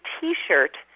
t-shirt